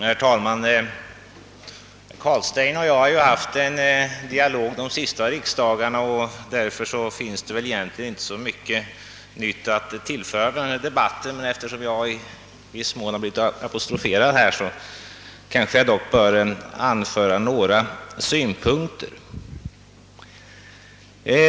Herr talman! Herr Carlstein och jag har ju haft en dialog i ämnet de senaste riksdagarna, och därför finns det egentligen inte så mycket nytt att tillföra denna debatt. Men eftersom jag i viss mån har blivit apostroferad kanske jag bör anföra några synpunkter.